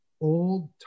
old